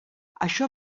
això